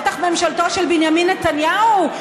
בטח ממשלתו של בנימין נתניהו.